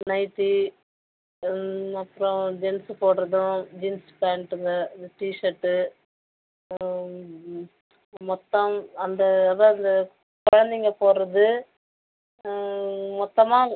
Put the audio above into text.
nightie ம் அப்புறோம் jeans போடுறதும் ஜீன்ஸ் பேண்ட்டுங்க இந்த டிஷர்ட்டு ம் மொத்தம் அந்த அதுதான் அந்த குழந்தைங்க போகிடுறது ம் மொத்தமாக